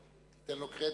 תן לו קרדיט.